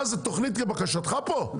מה זה תוכנית כבקשתך פה?